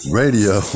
radio